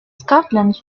scotland